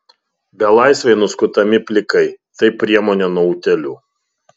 belaisviai nuskutami plikai tai priemonė nuo utėlių